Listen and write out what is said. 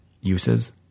uses